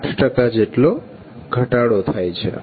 8 જેટલો ઘટાડો થાય છે